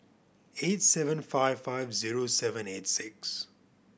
eight seven five five zero seven eight six